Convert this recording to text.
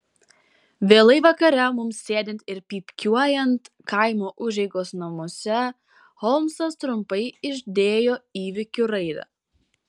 vėlai vakare mums sėdint ir pypkiuojant kaimo užeigos namuose holmsas trumpai išdėjo įvykių raidą